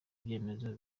ibyemezo